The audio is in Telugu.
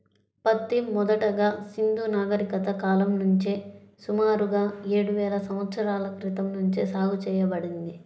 పత్తి మొదటగా సింధూ నాగరికత కాలం నుంచే సుమారుగా ఏడువేల సంవత్సరాల క్రితం నుంచే సాగు చేయబడింది